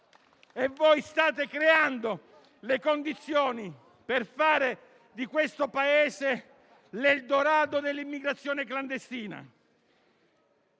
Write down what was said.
State creando le condizioni per fare di questo Paese l'Eldorado dell'immigrazione clandestina.